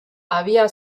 había